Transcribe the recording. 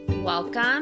Welcome